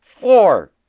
Four